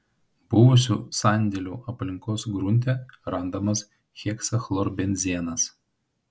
buvusių sandėlių aplinkos grunte randamas heksachlorbenzenas